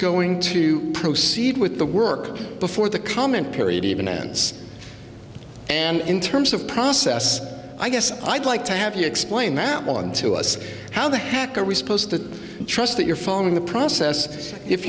going to proceed with the work before the comment period even ends and in terms of process i guess i'd like to have you explain that one to us how the heck are we supposed to trust your phone in the process if